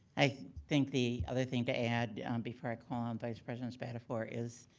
i think the other thing to add before i call on vice president spadafore is,